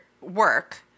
work